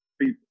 people